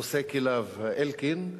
נושא כליו אלקין,